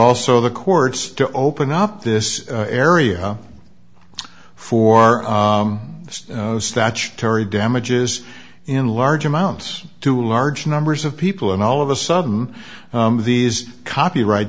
also the courts to open up this area for statutory damages in large amounts to a large numbers of people and all of a sudden these copyright